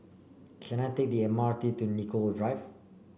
can I take the M R T to Nicoll Drive